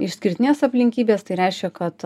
išskirtinės aplinkybės tai reiškia kad